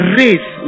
race